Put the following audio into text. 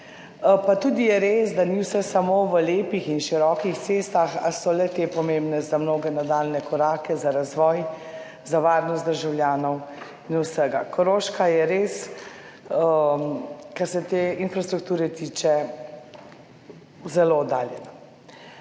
Pa je res tudi, da ni vse samo v lepih in širokih cestah, a so le-te pomembne za mnoge nadaljnje korake, za razvoj, za varnost državljanov in vsega. Koroška je res, kar se te infrastrukture tiče, zelo oddaljena.